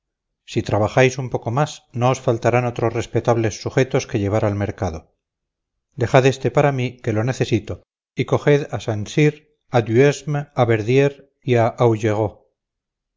si trabajáis un poco más no os faltarán otros respetables sujetos que llevar al mercado dejad este para mí que lo necesito y coged a saint cyr a duhesme a verdier y